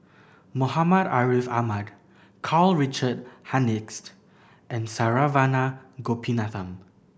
Muhammad Ariff Ahmad Karl Richard Hanitsch and Saravanan Gopinathan